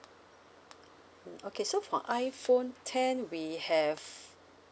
okay so for iphone ten we have